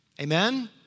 Amen